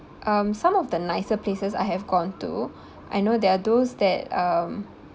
um some of the nicer places I have gone to I know there are those that um